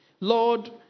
Lord